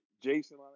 Jason